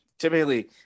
Typically